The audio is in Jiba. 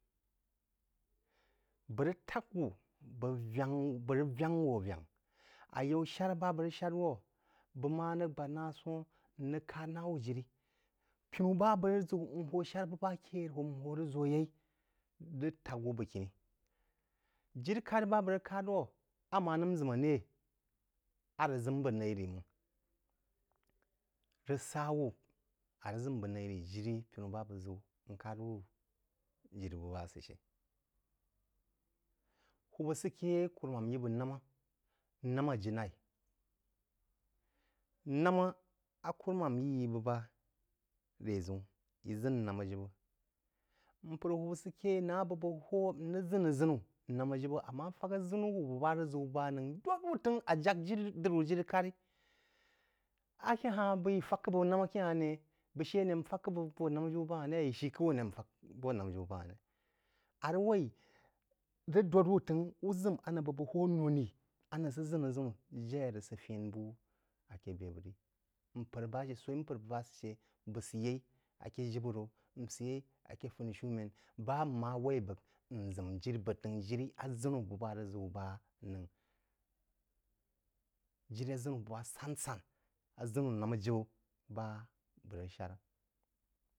Bəg tak wú bəg rəg vengk, bəg rəg vəngh wō vəngk. Ayaú shár ba bəg rəg shād wō bəg ma rəg gbād nā sō-hn, n rəg kād ná wú jirí-pinú ba bəg rəg ʒəu n hō shar ba kē hō n hō rəg ʒō yeí rəg tak wú bəgkiní. Jiri-karí ba bəg rəg kād wū, a mā nəm ʒəm rē a rəg ʒəm bəg naī máng rəg sa wú a rəg ʒəm bəg naí ri jiri pinu̍ ba bəg ʒəu n kād wú jirí bəg ba sə shə. Hūwūb sə ké yeí kùrúmām yí bəg namā, nāmā a ji naī, namā a kùrúmām yī yí bəg ba rē ʒəun-ī ʒən nàmā jibə. Mpər – hūwūb sə kē yeī n’əgh ma bəg bəgk hō. Rəg ʒən-a-ʒənú namā jibə, ammá fak aʒənu hūwūb ma rəg ʒəu ba anōu dōd wú t’əngh – a ják jiri diri wú jiri-kàrí “aké ha-hn bəg yī fák k’əgh bəg namā kē-han̄ né, bəg shə né n fak k’əgh bəg vō namā jibə ba ha-hn ré, a yí shí k’ə wō né n fak vō namā jibə ba ha-hn ré? À rəg waí rəg dōd wu t’əngh ú ʒəm á n’əngh bəg bəgk hō nough-rī, a n’əngh sə ʒən-aʒənú jé á rəg sə fən bú aké bē bəg rī. Mpər ba shə, swai-ī mpər ba shə bəg sə yeī akē jibə ro, n sə yeí aké funishúmēn. Ba n má waí bəg n ʒəm jiri bəg t’əngh jirí aʒənú bəg ba rəg ʒəu ba noū. Jiri aʒəunu bəg ba san-san, aʒənú namā jinə ba a bəg rəg shar.